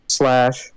slash